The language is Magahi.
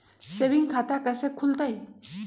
सेविंग खाता कैसे खुलतई?